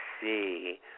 see